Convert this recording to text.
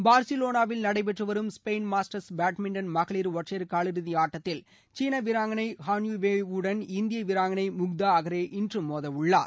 பார்சிலோனாவில் நடைபெற்று வரும் Spain Masters badminton மகளிர் ஒற்றையர் காலிறுதி ஆட்டத்தில் சீன வீராங்கை ஹான் யு வே வுடன் இந்திய வீராங்களை முக்தா அகரே இன்று மோதவுள்ளார்